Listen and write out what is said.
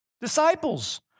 disciples